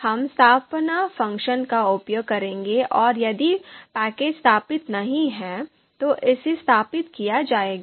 हम स्थापना फ़ंक्शन का उपयोग करेंगे और यदि पैकेज स्थापित नहीं है तो इसे स्थापित किया जाएगा